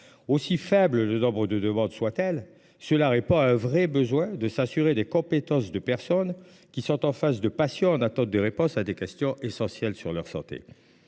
Aussi faible le nombre de demandes soit il, son existence répond à un vrai besoin de s’assurer des compétences des personnes qui seront en face de patients en attente de réponses sur des questions essentielles pour leur santé.